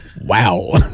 Wow